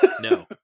No